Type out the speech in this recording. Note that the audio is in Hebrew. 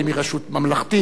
אם היא רשות ממלכתית,